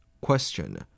Question